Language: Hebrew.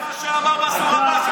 זה מה שאמר מנסור עבאס,